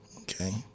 okay